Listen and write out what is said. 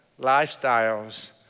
lifestyles